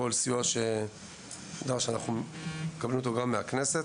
הצעה או סיוע שנדרש, אנחנו מקבלים, גם מהכנסת